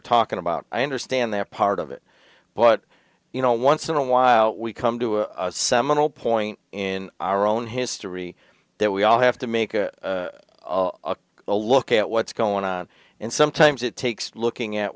talking about i understand they're part of it but you know once in a while we come to a seminal point in our own history that we all have to make a look at what's going on and sometimes it takes looking at